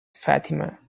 fatima